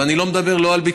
ואני לא מדבר על ביטחון,